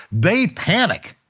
they panic,